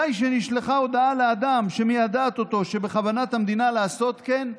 די שנשלחה הודעה לאדם שמיידעת אותו כי בכוונת המדינה לעשות כן,